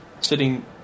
sitting